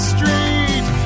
Street